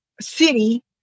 City